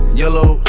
yellow